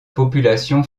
population